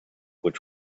which